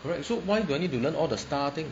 correct so why do I need to learn all the star thing